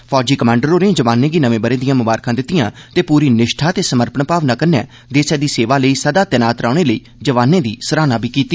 फौजी कमांडर होरें जवानें गी नमें ब'रे दिआं ममारखां दित्तिआं ते पूरी निष्ठा ते समर्पण भावना कन्नै देसै दी सेवा लेई सदा तैनात रौहने लेई जवानें दी सराहना बी कीती